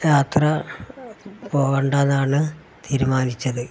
യാത്ര പോകേണ്ടാ എന്നാണ് തീരുമാനിച്ചത്